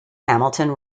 hamilton